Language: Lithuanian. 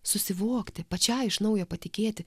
susivokti pačiai iš naujo patikėti